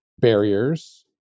barriers